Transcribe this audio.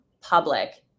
public